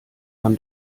man